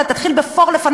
ואתה תתחיל לפני,